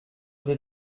des